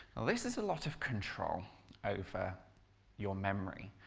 this is a lot of control over your memory,